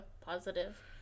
positive